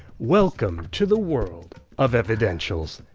welcome to the world of evidentials.